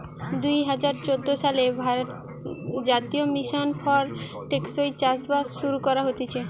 দুই হাজার চোদ্দ সালে জাতীয় মিশন ফর টেকসই চাষবাস শুরু করা হতিছে